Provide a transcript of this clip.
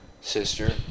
sister